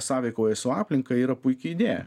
sąveikauja su aplinka yra puiki idėja